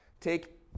Take